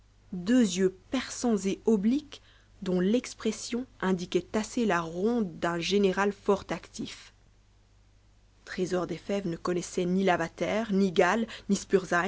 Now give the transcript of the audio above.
deux yeux perçants et obliques dont l'expression indiquait assez la ronde d'un général fort actif trésor des fèves ne connaissait ni lavater ni gall ni